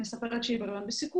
מספרת שהיא בן אדם בסיכון,